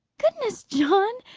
goodness, john,